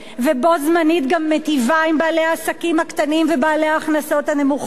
ובו-זמנית גם מיטיבה עם בעלי העסקים הקטנים ובעלי ההכנסות הנמוכות.